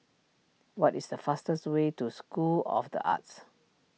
what is the fastest way to School of the Arts